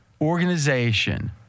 organization